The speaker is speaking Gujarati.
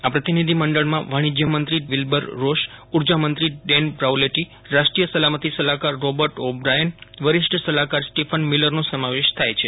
આ પ્રતિનિધિ મંડળમાં વાણિશ્યમંત્રી વિલ્બર રોશ ઉર્જામંત્રી ડેન બ્રાઉલેટી રાષ્ટ્રીય સલામતી સલાહકાર રોબર્ટ ઓ બ્રાયન વરિષ્ઠ સલાહકાર સ્ટિફન મિલરનો સમાવેશ થાય છે